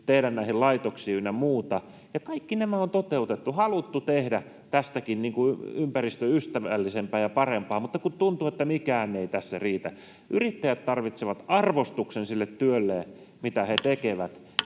tehdä näihin laitoksiin ynnä muuta. Kaikki nämä on toteutettu, haluttu tehdä tästäkin ympäristöystävällisempää ja parempaa, mutta kun tuntuu, että mikään ei tässä riitä. Yrittäjät tarvitsevat arvostuksen sille työlleen, mitä he tekevät,